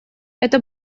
это